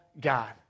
God